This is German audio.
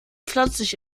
pflanzlich